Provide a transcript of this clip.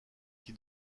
qui